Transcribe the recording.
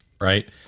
right